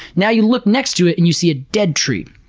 now you look next to it, and you see a dead tree.